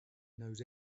knows